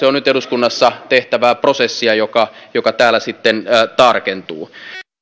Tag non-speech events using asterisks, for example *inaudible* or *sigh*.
*unintelligible* on nyt eduskunnassa tehtävää prosessia joka joka täällä sitten tarkentuu